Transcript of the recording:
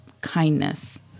kindness